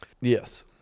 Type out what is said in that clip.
Yes